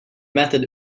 method